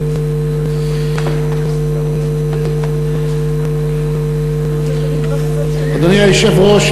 אדוני היושב-ראש,